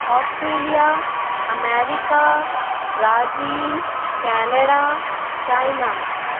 Australia America Brazil Canada China